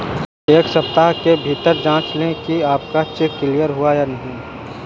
एक सप्ताह के भीतर जांच लें कि आपका चेक क्लियर हुआ है या नहीं